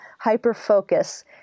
Hyper-Focus